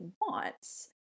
wants